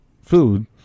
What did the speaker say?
food